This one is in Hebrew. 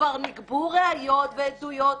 כבר נגבו ראיות ועדויות,